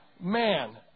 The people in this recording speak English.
Man